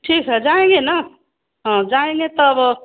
ठीक है जाएँगे ना हाँ जाएँगे तब